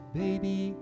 baby